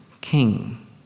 king